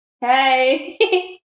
Hey